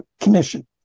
Commission